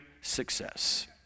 success